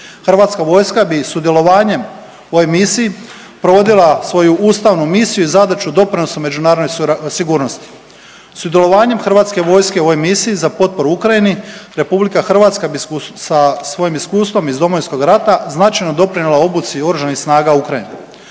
Hrvatska vojska bi sudjelovanjem u ovoj misiji provodila svoju ustavnu misiju i zadaću doprinosa međunarodnoj sigurnosti. Sudjelovanjem Hrvatske vojske u ovoj misiji za potporu Ukrajini, RH bi sa svojim iskustvom iz Domovinskog rata značajno doprinijela obuci oružanih snaga Ukrajine.